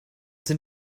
sind